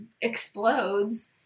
explodes